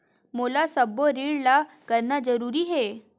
मोला सबो ऋण ला करना जरूरी हे?